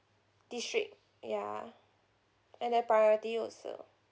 district yeah and then priority also